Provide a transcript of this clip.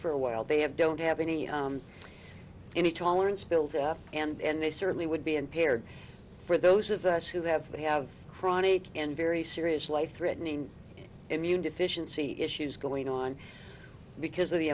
for a while they have don't have any any tolerance build and they certainly would be impaired for those of us who have they have chronic and very serious life threatening immune deficiency issues going on because of the